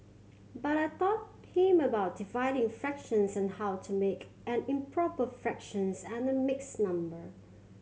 but I taught him about dividing fractions and how to make an improper fractions and a mixed number